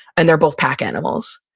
and they're both pack animals.